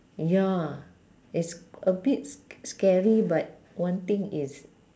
ya it's a bit s~ scary but one thing is